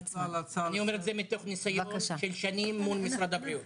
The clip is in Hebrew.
אני אומר את זה מתוך ניסיון של שנים מול משרד הבריאות.